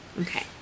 Okay